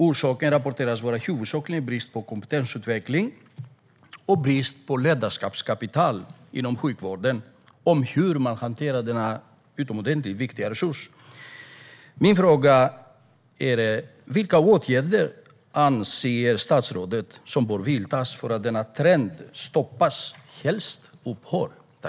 Orsaken rapporteras huvudsakligen vara brist på kompetensutveckling och brist på ledarskapskapital inom sjukvården när det gäller hur man hanterar denna utomordentligt viktiga resurs. Min fråga är: Vilka åtgärder anser statsrådet bör vidtas för att denna trend ska stoppas och helst upphöra?